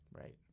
Right